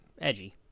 edgy